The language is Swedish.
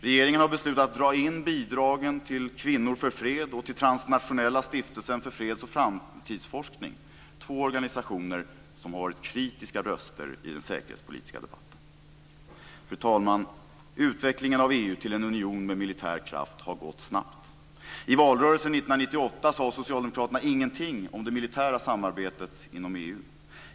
Regeringen har beslutat dra in bidragen till Kvinnor för Fred och till Transnationella stiftelsen för freds och framtidsforskning - två organisationer som har varit kritiska röster i den säkerhetspolitiska debatten. Fru talman! Utvecklingen av EU till en union med militär kraft har gått snabbt. I valrörelsen 1998 sade socialdemokraterna ingenting om det militära samarbetet inom EU.